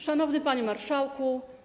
Szanowny Panie Marszałku!